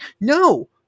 No